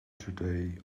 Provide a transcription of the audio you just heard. today